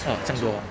!wah! 这样多